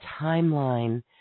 timeline